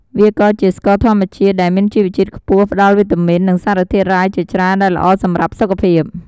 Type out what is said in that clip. វាក៏ជាស្ករធម្មជាតិដែលមានជីវជាតិខ្ពស់ ផ្តល់វីតាមីន និងសារធាតុរ៉ែជាច្រើន ដែលល្អសម្រាប់សុខភាព។